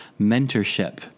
mentorship